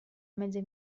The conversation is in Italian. mezze